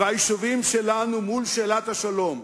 והיישובים שלנו מול שאלת השלום.